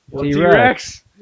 T-Rex